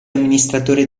amministratore